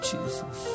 Jesus